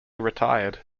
retired